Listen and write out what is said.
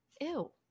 Ew